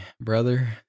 brother